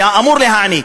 היה אמור להעניק,